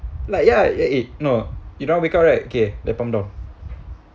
like ya it it no you don't want wake up right okay then pump down